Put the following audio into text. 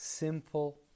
Simple